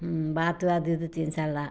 ಹ್ಞೂಂ ಬಾತು ಅದು ಇದು ತಿನ್ಸೋಲ್ಲ